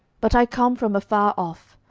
but i come from afar off,